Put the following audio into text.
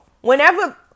whenever